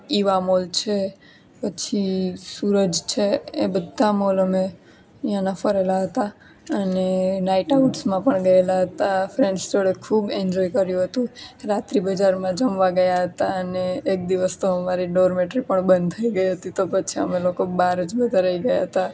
Eva mall છે પછી સૂરજ છે એ બધા મોલ અમે અહીંયાના ફરેલા હતા અને નાઈટ હાઉસમાં પણ ગયેલા હતા ફ્રેન્ડસ જોડે ખૂબ એન્જોય કર્યો હતું રાત્રી બજારમાં જમવા ગયા હતા અને એક દિવસ તો મારી ડોરમેટરી પણ બંધ થઈ ગઈ હતી તો પછી અમે બહાર જ બધા રહી ગયા હતા